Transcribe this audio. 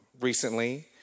recently